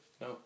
no